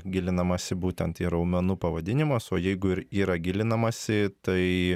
gilinamasi būtent į raumenų pavadinimus o jeigu ir yra gilinamasi tai